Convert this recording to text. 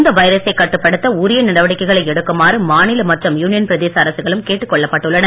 இந்த வைரசைக் கட்டுப்படுத்த உரிய நடவடிக்கைகளை எடுக்குமாறு மாநில மற்றும் யூனியன் பிரதேச அரசுகளும் கேட்டுக் கொள்ளப்பட்டுள்ளன